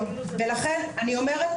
ולכן אני אומרת,